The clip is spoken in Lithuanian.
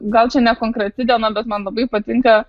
gal čia ne konkreti diena bet man labai patinka